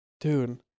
Dude